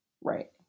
Right